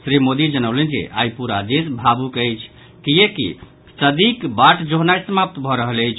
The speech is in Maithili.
श्री मोदी जनौलनि जे आइ पूरा देश भावुक अछि किएककि सदीक बाट जोहनाई समाप्त भऽ रहल अछि